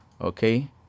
okay